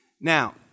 Now